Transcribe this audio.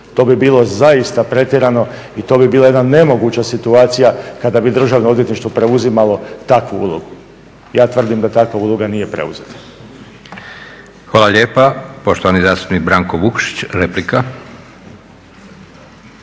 To bi bilo zaista pretjerano i to bi bila jedna nemoguća situacija kada bi Državno odvjetništvo preuzimalo takvu ulogu. Ja tvrdim da takva uloga nije preuzeta.